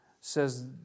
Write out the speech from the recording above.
says